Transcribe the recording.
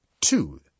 Two